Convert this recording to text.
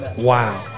Wow